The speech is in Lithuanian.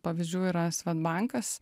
pavyzdžių yra swedbankas